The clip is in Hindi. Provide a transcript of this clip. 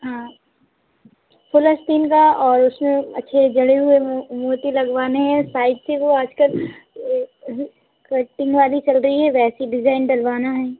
हाँ फुल आस्तीन का और उसमें अच्छे जड़े हुए वो मोती लगवाने हैं साइड से वो आजकल ये कटिंग वाली चल रही है वैसी डिज़ाइन डलवाना है